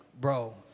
Bro